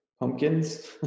Pumpkins